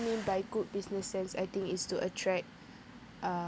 mean by good business sense I think is to attract uh